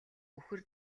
үхэр